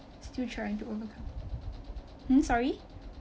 still trying to overcome hmm sorry